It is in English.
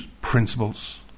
principles